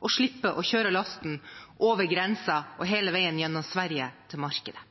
og slippe å kjøre lasten over grensen og hele veien gjennom Sverige til markedet.